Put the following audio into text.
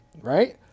Right